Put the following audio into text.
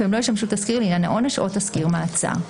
והם לא ישמשו תסקיר לעניין העונש או תסקיר מעצר.